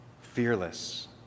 fearless